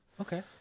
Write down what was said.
Okay